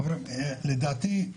חברים לדעתי,